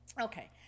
Okay